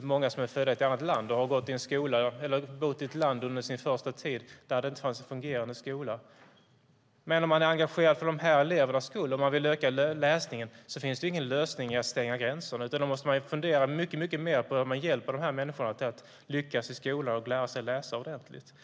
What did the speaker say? många är födda i ett annat land och under sin första tid har bott i ett land där det inte fanns en fungerande skola. Om man är engagerad i dessa elever och vill öka läsningen finns det ingen lösning i att stänga gränser. Man måste fundera mycket mer på hur man hjälper dessa människor att lyckas i skolan och att lära sig läsa ordentligt.